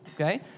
okay